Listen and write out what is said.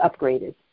upgraded